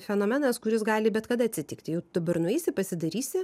fenomenas kuris gali bet kada atsitikti jau dabar nueisi pasidarysi